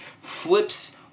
flips